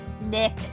Nick